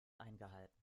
eingehalten